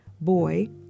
boy